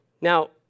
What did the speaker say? Now